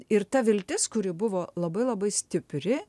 ir ta viltis kuri buvo labai labai stipri